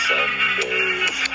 Sundays